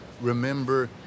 remember